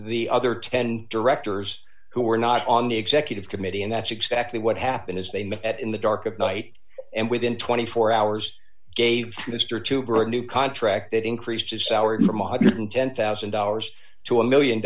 the other ten directors who were not on the executive committee and that's exactly what happened as they met in the dark of night and within twenty four hours gave mr tuber a new contract that increased his salary from my one hundred and ten thousand dollars to a one million